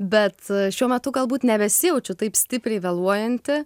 bet šiuo metu galbūt nebesijaučiu taip stipriai vėluojanti